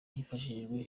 hifashishijwe